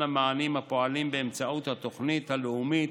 המענים הפועלים באמצעות התוכנית הלאומית,